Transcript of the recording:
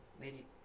lady